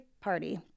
party